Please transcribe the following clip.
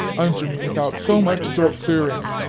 answer me without so much throat-clearing,